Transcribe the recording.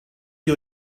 you